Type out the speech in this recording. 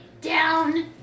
down